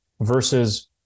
versus